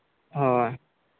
ᱦᱳᱭ